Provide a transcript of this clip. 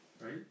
right